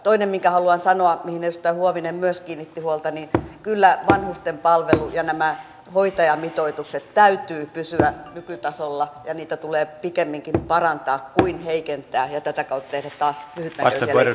toinen minkä haluan sanoa mihin edustaja huovinen myös kiinnitti huomiota on että kyllä vanhustenpalvelun ja näiden hoitajamitoitusten täytyy pysyä nykytasolla ja niitä tulee pikemminkin parantaa kuin heikentää ja tätä kautta tehdä taas lyhytnäköisiä leikkauksia